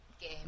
game